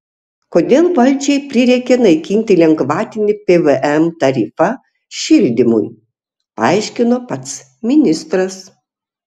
kodėl valdžiai prireikė naikinti lengvatinį pvm tarifą šildymui paaiškino pats ministras